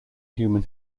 human